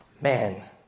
man